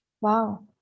Wow